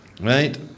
Right